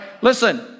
listen